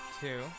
Two